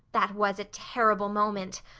that was a terrible moment.